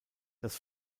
dass